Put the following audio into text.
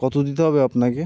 কত দিতে হবে আপনাকে